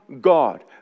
God